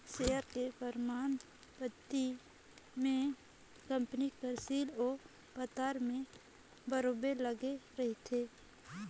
share के परमान पाती में कंपनी कर सील ओ पतर में बरोबेर लगे रहथे